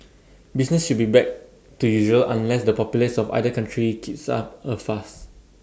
business should be back to usual unless the populace of either country kicks up A fuss